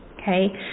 Okay